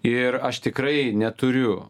ir aš tikrai neturiu